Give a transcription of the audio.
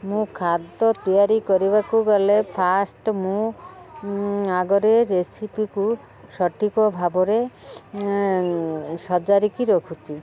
ମୁଁ ଖାଦ୍ୟ ତିଆରି କରିବାକୁ ଗଲେ ଫାଷ୍ଟ ମୁଁ ଆଗରେ ରେସିପିକୁ ସଠିକ ଭାବରେ ସଜାଡ଼ିକି ରଖୁଛି